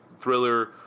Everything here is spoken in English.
Thriller